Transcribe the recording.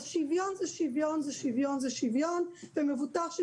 אז שוויון זה שוויון זה שוויון זה שוויון ולמבוטח של